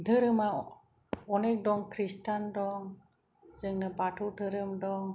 धोरोमा अनेख दं ख्रिष्टान दं जोंना बाथौ धोरोम दं